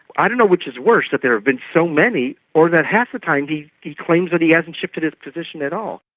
i don't know which is worse that there have been so many, or that half the time he he claims that he hasn't shifted his position at all.